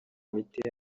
miti